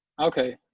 okay.